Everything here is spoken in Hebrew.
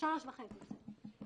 3.5 מיליון שקלים, בסדר.